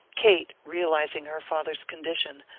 kate, realizing her father's condition,